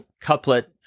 couplet